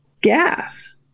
gas